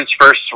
first